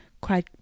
cried